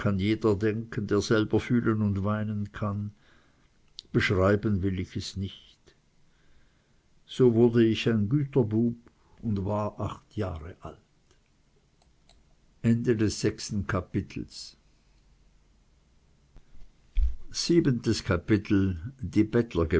jeder denken der selbst fühlen und weinen kann beschreiben will ich es nicht so wurde ich ein güterbub und war acht jahre alt